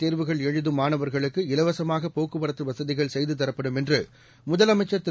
தேர்வுகள்எழுதும்மாணவர்களுக்குஇலவசமாகபோக்குவ ரத்துவசதிகள்செய்துதரப்படும்என்றுமுதலமைச்சர்திரு